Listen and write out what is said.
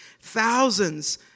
Thousands